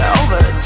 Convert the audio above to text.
over